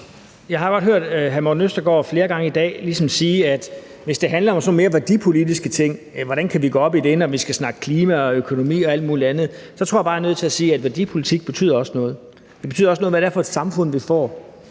godt hørt hr. Morten Østergaard flere gange i dag ligesom sige, hvis det handler om sådan nogle mere værdipolitiske ting, hvordan vi kan gå op i det, når vi skal snakke klima og økonomi og alt muligt andet. Så tror jeg bare, at jeg er nødt til at sige, at værdipolitik også betyder noget. Det betyder også noget, hvad det er for et samfund, vi får.